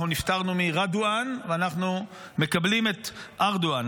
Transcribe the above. אנחנו נפטרנו מרדואן ואנחנו מקבלים את ארדואן.